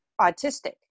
autistic